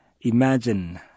imagine